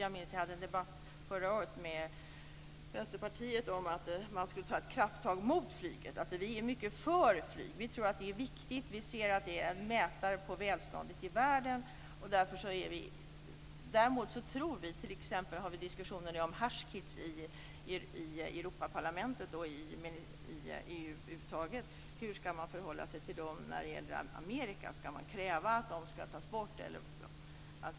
Jag minns att jag förra året hade en debatt med Vänsterpartiet om att man skulle ta krafttag mot flyget, men vi är mycket för flyg. Vi tror att det är viktigt. Vi ser att det är en mätare på välståndet i världen. Däremot har vi t.ex. i Europaparlamentet och inom EU över huvud taget diskussioner om hush kits. Hur ska man förhålla sig till dem när det gäller Amerika? Ska man kräva att de ska tas bort eller inte?